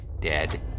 dead